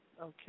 Okay